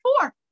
four